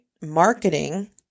marketing